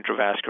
intravascular